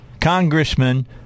Congressman